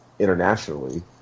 internationally